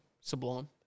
sublime